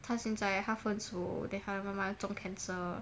她现在他分手 then 她的妈妈中 cancer